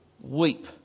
weep